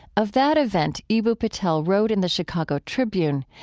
of that event, eboo patel wrote in the chicago tribune,